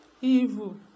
evil